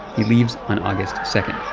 he leaves on august